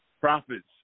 profits